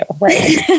right